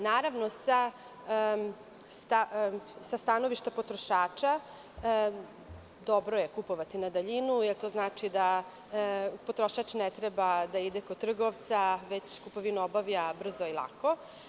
Naravno, sa stanovišta potrošača dobro je kupovati na daljinu, jer to znači da potrošač ne treba da ide kod trgovca, već kupovinu obavlja brzo i lako.